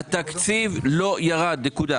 זה שקר, התקציב לא ירד נקודה.